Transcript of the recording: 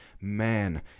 Man